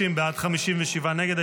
50 בעד, 57 נגד.